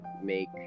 make